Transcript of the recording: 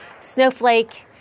Snowflake